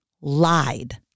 lied